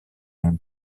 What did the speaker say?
monde